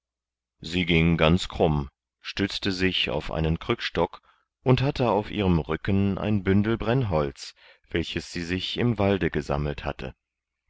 sie ging ganz krumm stützte sich auf einen krückstock und hatte auf ihrem rücken ein bündel brennholz welches sie sich im walde gesammelt hatte